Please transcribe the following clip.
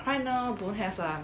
right now don't have lah